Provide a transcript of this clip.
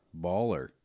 Baller